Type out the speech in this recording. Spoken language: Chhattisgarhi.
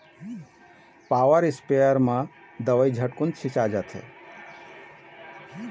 पॉवर इस्पेयर म दवई झटकुन छिंचा जाथे